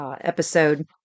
episode